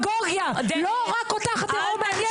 לא רק אותך הטרור מעניין.